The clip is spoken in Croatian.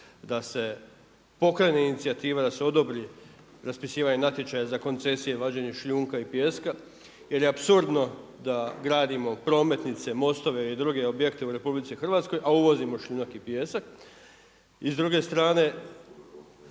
da se pokrene inicijativa, da se odobri raspisivanje natječaja za koncesije vađenje šljunka i pijeska jel je apsurdno da gradimo prometnice, mostove i druge objekte u RH, a uvozimo šljunak i pijesak. I s druge strane